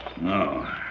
No